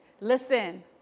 Listen